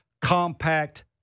compact